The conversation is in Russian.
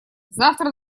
завтра